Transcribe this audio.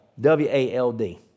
W-A-L-D